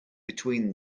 between